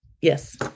yes